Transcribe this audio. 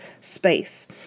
space